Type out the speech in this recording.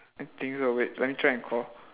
I think so wait let me try and call